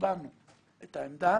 קיבלנו את העמדה